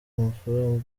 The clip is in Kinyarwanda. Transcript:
amafaranga